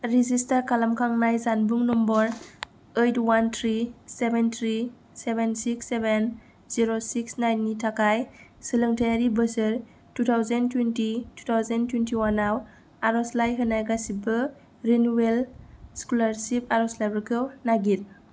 register खालामखांनाय जानबुं number eight one three seven three seven six seven zero six nine नि थाखाय सोलोंथायारि बोसोर थु थावजेन्ड थुइटि थु थावजेन्ड थुइनटि अवान आव आरजलाइ होनाय गासिबो रिनिउयेल स्कलारशिप आरजलाइफोरखौ नागिर